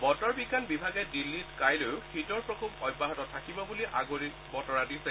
বতৰ বিজ্ঞান বিভাগে দিল্লীত কাইলৈও শীতৰ প্ৰকোপ অব্যাহত থাকিব বুলি আগলি বতৰা দিছে